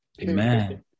Amen